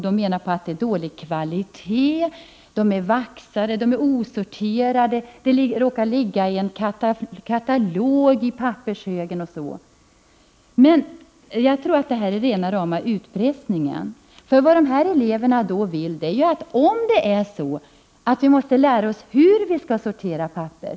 De menar att det är dålig kvalitet, papperet är vaxat eller osorterat, det råkar ligga en katalog i pappershögen osv. Jag tror att detta är rena rama utpressningen. Vad eleverna vill är att få besked om hur de skall sortera papper.